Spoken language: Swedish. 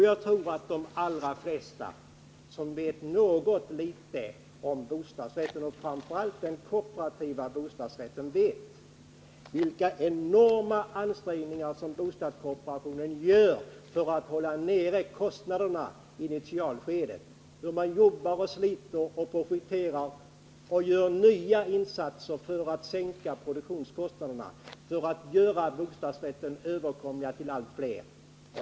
Jagtror att de allra flesta som kan något litet om bostadsrätter och framför allt om kooperativa bostadsrätter vet vilka enorma ansträngningar som bostadskooperationen gör för att hålla kostnaderna nere i initialskedet. Man jobbar, sliter, projekterar och gör ständiga insatser för att sänka produktionskostnaderna och göra bostadsrätterna överkomliga för allt flera.